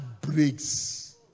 breaks